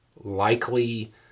likely